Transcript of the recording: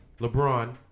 LeBron